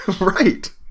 Right